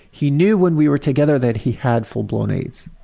he knew when we were together that he had full-blown aids.